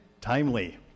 Timely